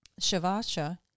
Shavasha